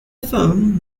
film